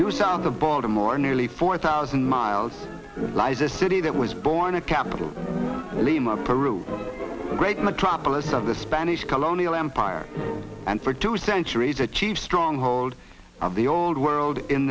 due south of baltimore nearly four thousand miles lies a city that was born a capital lima peru great metropolis of the spanish colonial empire and for two centuries achieve stronghold of the old world in